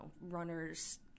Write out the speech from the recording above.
runners